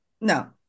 no